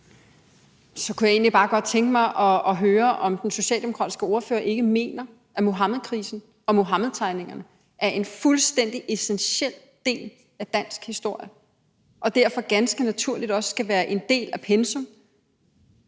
Så kunne jeg egentlig bare godt tænke mig at høre, om den socialdemokratiske ordfører ikke mener, at Muhammedkrisen og Muhammedtegningerne er en fuldstændig essentiel del af dansk historie og derfor ganske naturligt også skal være en del af pensum.